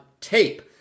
tape